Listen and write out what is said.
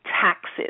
taxes